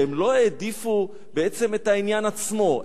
שהם לא העדיפו בעצם את העניין עצמו,